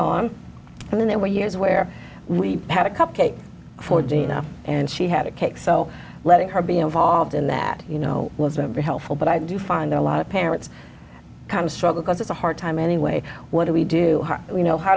on and then there were years where we had a cupcake for gina and she had a cake so letting her be involved in that you know was a very helpful but i do find a lot of parents kind of struggle because it's a hard time anyway what do we do you know how